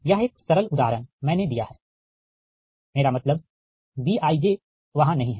यह एक सरल उदाहरण मैंने दिया हैं मेरा मतलब Bij वहाँ नहीं हैं